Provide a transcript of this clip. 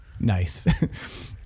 nice